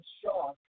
shock